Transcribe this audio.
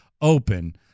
open